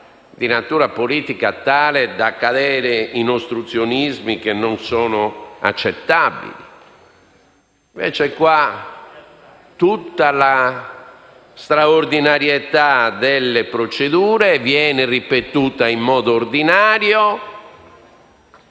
di natura politica tale da cadere in ostruzionismi inaccettabili. Invece qui la straordinarietà delle procedure viene ripetuta in modo ordinario,